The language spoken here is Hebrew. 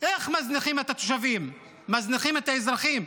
איך מזניחים את התושבים, מזניחים את האזרחים?